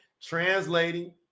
translating